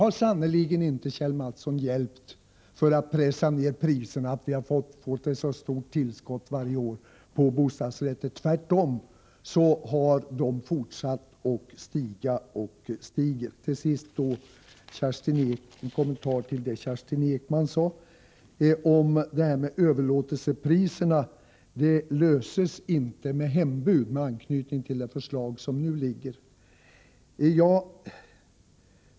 Företeelsen att vi har fått ett så stort tillskott av bostadsrätter varje år har sannerligen inte hjälpt till att pressa ned priserna, Kjell Mattsson. Tvärtom har priserna fortsatt att stiga, och de stiger ännu. Till sist vill jag göra en kommentar till det som Kerstin Ekman sade med anknytning till det förslag som nu föreligger. Det gällde problemet att överlåtelsepriserna inte löses med regler angående hembud.